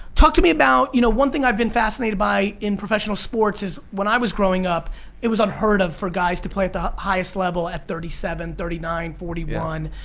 talk to me about you know one thing i've been fascinated by in professional sports is, when i was growing up it was unheard of for guys to play ah highest level at thirty seven, thirty nine, forty one.